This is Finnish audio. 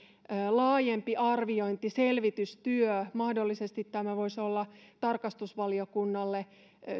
laajempi arviointi selvitystyö mahdollisesti tämä voisi olla tarkastusvaliokunnalle